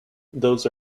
those